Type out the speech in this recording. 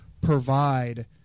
provide